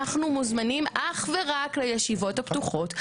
אנחנו מוזמנים אך ורק לישיבות הפתוחות,